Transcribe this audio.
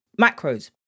macros